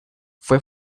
fue